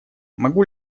могу